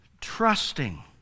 trusting